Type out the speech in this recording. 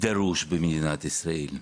דרוש במדינת ישראל.